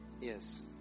Yes